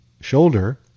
shoulder